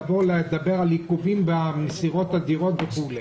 לבוא ולדבר על עיכובים במסירת הדירות וכו'.